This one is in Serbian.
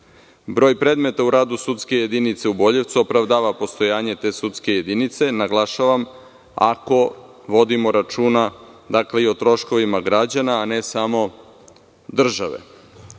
predmeta u radu sudske jedinice u Boljevcu opravdava postojanje te sudske jedinice, naglašavam ako vodimo računa i o troškovima građana, a ne samo države.